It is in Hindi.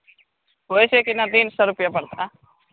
वैसे कितना तीन सौ रुपये पड़ता है